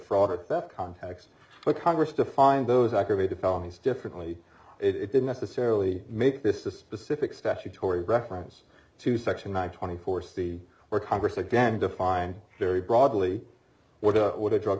fraud or theft contacts with congress to find those aggravated felonies differently it didn't necessarily make this a specific statutory reference to section one twenty four see where congress again define very broadly what would a drug